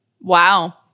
Wow